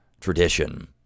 Tradition